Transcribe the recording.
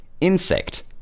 insect